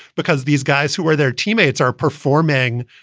because these guys who are their teammates are performing,